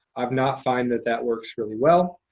i've not found that that works really well.